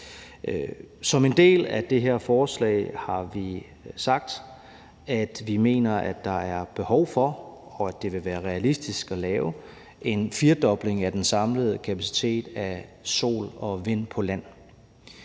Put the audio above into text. Som en del af den plan har vi sagt, at vi mener, at der er behov for og at det vil være realistisk at lave en firedobling af den samlede kapacitet af sol- og vindenergi på land.